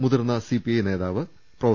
മുതിർന്ന സിപിഐ നേതാവ് പ്രൊഫ